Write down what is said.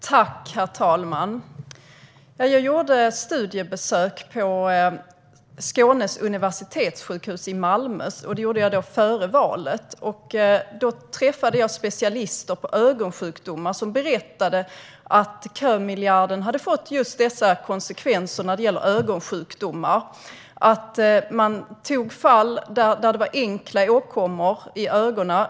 Herr talman! Jag gjorde ett studiebesök på Skånes universitetssjukhus i Malmö före valet. Där träffade jag specialister på ögonsjukdomar som berättade att när det gällde ögonsjukdomar hade kömiljarden fått konsekvensen att enkla ögonåkommor prioriterades.